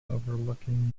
overlooking